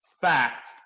Fact